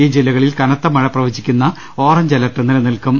ഈ ജില്ലകളിൽ കനത്തമഴ പ്രവചിക്കുന്ന ഓറഞ്ച് അലർട്ട് നില നിൽക്കും